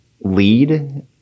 lead